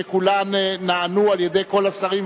וכולן נענו על-ידי כל השרים,